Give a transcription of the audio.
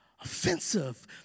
offensive